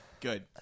Good